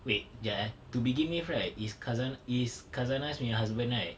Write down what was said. wait kejap eh to begin with right is kasanaz is kasanaz punya husband right